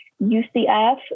UCF